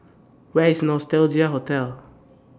Where IS Nostalgia Hotel